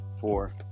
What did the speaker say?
four